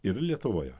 ir lietuvoje